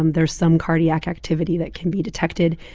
um there's some cardiac activity that can be detected.